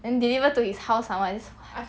then deliver to his house somemore that's